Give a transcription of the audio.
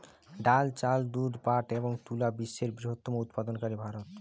ডাল, চাল, দুধ, পাট এবং তুলা বিশ্বের বৃহত্তম উৎপাদনকারী ভারত